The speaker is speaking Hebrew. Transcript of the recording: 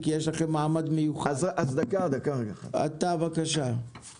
כשחברת חוצה ישראל מוכנה ללכת על זה.